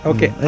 Okay